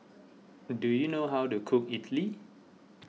do you know how to cook Idly